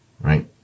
right